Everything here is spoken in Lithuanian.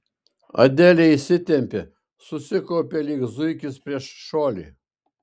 adelė įsitempė susikaupė lyg zuikis prieš šuolį